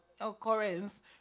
occurrence